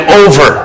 over